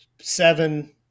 seven